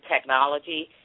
technology